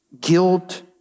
Guilt